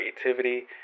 creativity